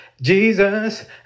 Jesus